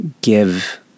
give